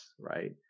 right